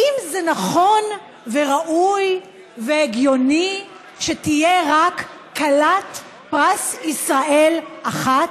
האם זה נכון וראוי והגיוני שתהיה רק כלת פרס ישראל אחת?